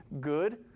good